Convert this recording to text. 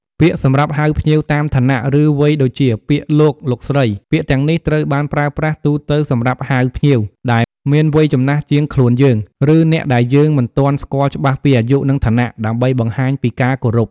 ពាក្យសម្រាប់ហៅភ្ញៀវតាមឋានៈ ឬវ័យដូចជា ពាក្យ លោក លោកស្រី ពាក្យទាំងនេះត្រូវបានប្រើប្រាស់ទូទៅសម្រាប់ហៅ ភ្ញៀវដែលមានវ័យចំណាស់ជាងខ្លួនយើង ឬអ្នកដែលយើងមិនទាន់ស្គាល់ច្បាស់ពីអាយុ និងឋានៈ ដើម្បីបង្ហាញពីការគោរព។